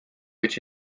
which